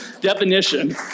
definition